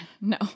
no